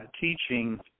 teaching